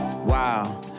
Wow